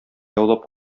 яулап